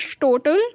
total